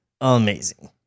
amazing